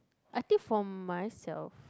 I think for myself